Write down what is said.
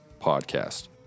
podcast